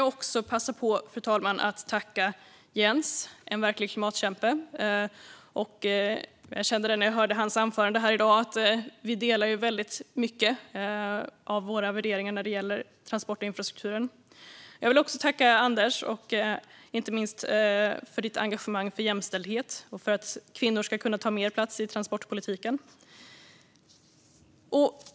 Jag vill passa på att tacka Jens, en verklig klimatkämpe. När jag hörde hans anförande kände jag att vi delar väldigt många värderingar när det gäller transport och infrastruktur. Jag vill också tacka Anders, inte minst för ditt engagemang för jämställdhet och för att kvinnor ska kunna ta mer plats i transportpolitiken.